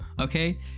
okay